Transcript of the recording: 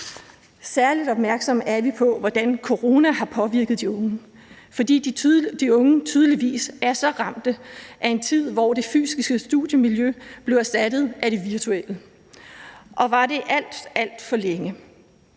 Særlig opmærksomme er vi på, hvordan corona har påvirket de unge. De unge er tydeligvis så ramte af en tid, hvor det fysiske studiemiljø blev erstattet af det virtuelle og var det alt, alt for længe